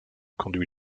conduit